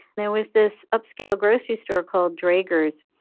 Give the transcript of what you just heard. there was this upscale grocery store called draeger's,